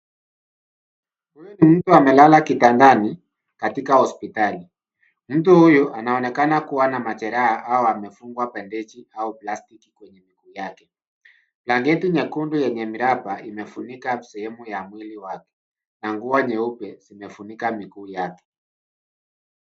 Huyu ni mtu amelala kitandani katika hospitali. Mtu huyu anaonekana kuwa na majeraha au amefungwa bandeji au plastiki kwenye miguu yake. Blanketi nyekundu yenye miraba imefunika sehemu ya mwili wake, na nguo nyeupe zimefunika miguu yake.